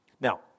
Now